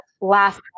last